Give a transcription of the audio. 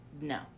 No